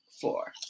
four